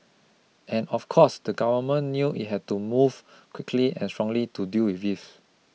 and of course the government knew it had to move quickly and strongly to deal with this